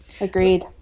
agreed